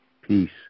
Peace